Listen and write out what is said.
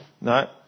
No